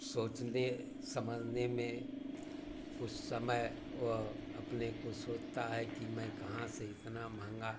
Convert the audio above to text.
सोचने समझने में कुछ समय वह अपने को सोचता है कि मैं कहाँ से इतना महँगा